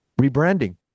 rebranding